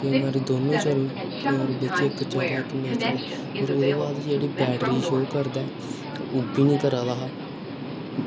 केईं बारी दौनों चलन केईं बारी इक्क चलै नेईं चलै फिर ओह्दे बाद जेह्ड़ी बैटरी शो करदा ते ओह्बी निं करा दा हा